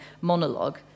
monologue